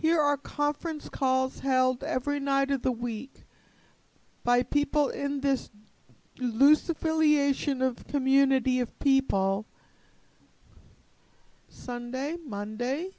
here are conference calls held every night of the week by people in this loose affiliation of community of people sunday monday